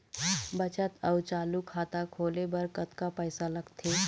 बचत अऊ चालू खाता खोले बर कतका पैसा लगथे?